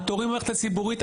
התורים במערכת הציבורית,